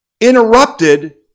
interrupted